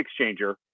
exchanger